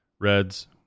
Reds